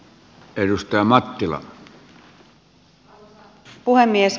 arvoisa puhemies